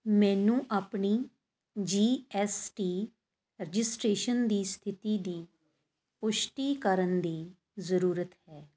ਮੈਨੂੰ ਆਪਣੀ G S T registration ਦੀ ਸਥਿਤੀ ਦੀ ਪੁਸ਼ਟੀ ਕਰਨ ਦੀ ਜ਼ਰੂਰਤ ਹੈ